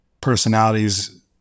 personalities